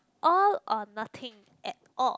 all or nothing at all